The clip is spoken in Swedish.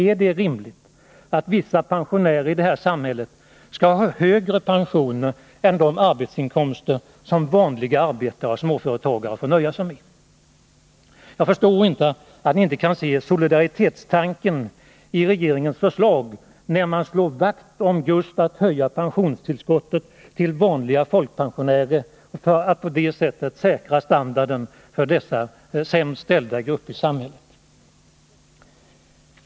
Är det rimligt att vissa pensionärer i detta samhälle skall ha högre pensioner än de arbetsinkomster som vanliga arbetstagare och småföretagare får nöja sig med? Jag förstår inte att inte socialdemokraterna kan se solidaritetstanken bakom regeringens förslag, när man just vill höja pensionstillskottet till vanliga folkpensionärer för att på det sättet säkra standarden för denna sämst ställda grupp i samhället.